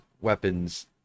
weapons